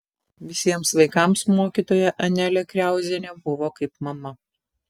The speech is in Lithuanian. visiems vaikams mokytoja anelė kriauzienė buvo kaip mama